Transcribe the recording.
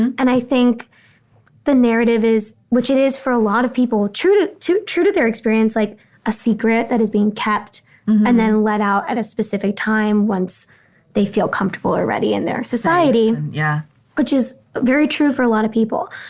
and i think the narrative is which it is for a lot of people. true to, true to their experience, like a secret that is being kept and then let out at a specific time once they feel comfortable or ready in their society yeah which is very true for a lot of people.